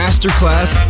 Masterclass